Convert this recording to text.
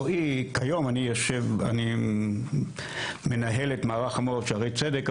כיום אני מנהל את מערך המוח בשערי צדק,